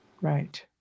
Right